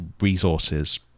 resources